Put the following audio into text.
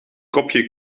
kopje